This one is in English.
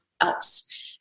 else